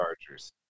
Chargers